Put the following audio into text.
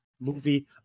movie